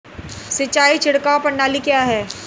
सिंचाई छिड़काव प्रणाली क्या है?